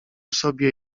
sobie